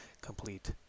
complete